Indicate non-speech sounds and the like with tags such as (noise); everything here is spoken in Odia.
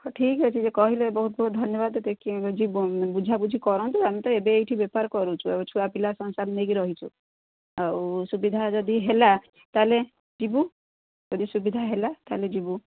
ହଉ ଠିକ୍ ଅଛି ଯେ କହିଲେ ବହୁତ ବହୁତ ଧନ୍ୟବାଦ (unintelligible) ବୁଝାବୁଝି କରନ୍ତୁ ଆମେ ତ ଏବେ ଏଇଠି ବେପାର କରୁଛୁ ଛୁଆ ପିଲା ସଂସାର ନେଇକି ରହିଛୁ ଆଉ ସୁବିଧା ଯଦି ହେଲା ତା'ହେଲେ ଯିବୁ ଯଦି ସୁବିଧା ହେଲା ତା'ହେଲେ ଯିବୁ